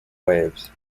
waves